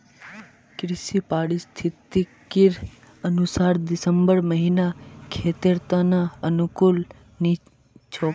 कृषि पारिस्थितिकीर अनुसार दिसंबर महीना खेतीर त न अनुकूल नी छोक